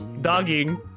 Dogging